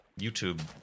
YouTube